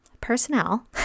personnel